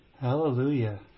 Hallelujah